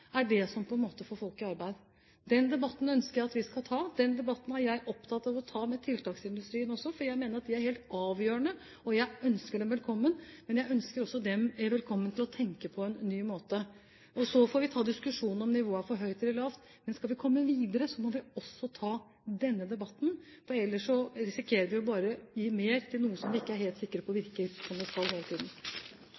vi skal ta. Den debatten er jeg opptatt av å ta med tiltaksindustrien også, for jeg mener at det er helt avgjørende. Jeg ønsker dem velkommen, men jeg ønsker også at de tenker på en ny måte. Og så får vi ta diskusjonen om nivået er for høyt eller for lavt. Men skal vi komme videre, må vi også ta denne debatten, for ellers risikerer vi bare å gi mer til noe som vi ikke er helt sikre på